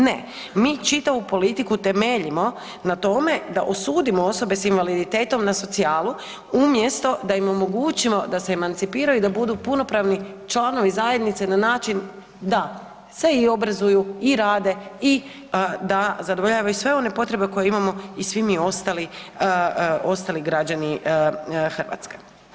Ne, mi čitavu politiku temeljimo na tome da osudimo osobe s invaliditetom na socijalu umjesto da im omogućimo da se emancipiraju i da budu punopravni članovi zajednice na način da se i obrazuju i rade i da zadovoljavaju sve one potrebe koje imamo i svi mi ostali građani Hrvatske.